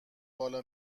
بالا